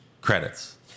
Credits